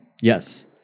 Yes